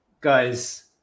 guys